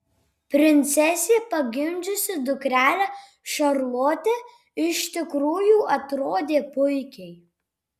princesė pagimdžiusi dukrelę šarlotę iš tikrųjų atrodė puikiai